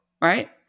Right